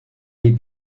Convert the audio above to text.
les